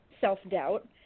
self-doubt